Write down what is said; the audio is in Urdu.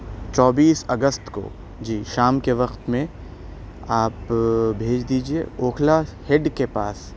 چوبیس اگست کو جی شام کے وقت میں آپ بھیج دیجئے اوکھلا ہیڈ کے پاس